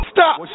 Stop